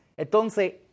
Entonces